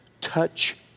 touch